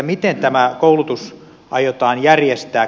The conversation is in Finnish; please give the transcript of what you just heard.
miten tämä koulutus aiotaan järjestää